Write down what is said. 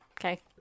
Okay